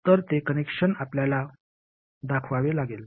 तर ते कनेक्शन आपल्याला दाखवावे लागेल